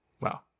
wow